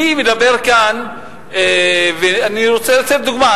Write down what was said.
אני מדבר כאן ואני רוצה לתת דוגמה.